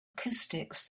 acoustics